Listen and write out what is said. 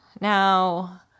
Now